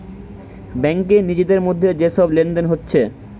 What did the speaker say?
ব্যাংকে নিজেদের মধ্যে যে সব লেনদেন হচ্ছে